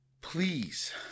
please